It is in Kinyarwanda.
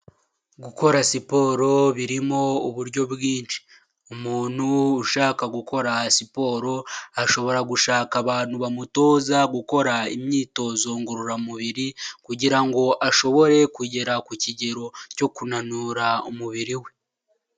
Gukora siporo birimo uburyo bwinshi, umuntu ushaka gukora siporo ashobora gushaka abantu bamutoza gukora imyitozo ngororamubiri, kugira ngo ashobore kugera ku kigero cyo kunanura umubiri we.